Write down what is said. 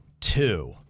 two